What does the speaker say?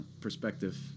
perspective